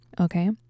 Okay